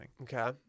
Okay